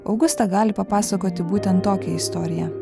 augusta gali papasakoti būtent tokią istoriją